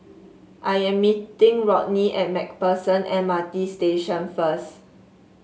I am meeting Rodney at MacPherson M R T Station first